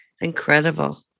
Incredible